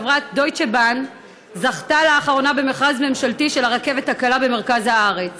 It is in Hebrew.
חברת דויטשה בנק זכתה לאחרונה במכרז ממשלתי של הרכבת הקלה במרכז הארץ.